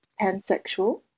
pansexual